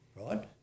Right